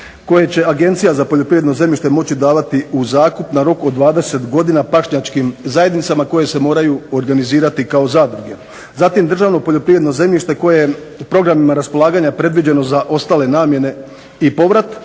koje će Agencija za poljoprivredno zemljište moći davati u zakup na rok od 20 godina pašnjačkim zajednicama koje se moraju organizirati kao zadruge. Zatim, državno poljoprivredno zemljište koje je programima raspolaganja predviđeno za ostale namjene i povrat,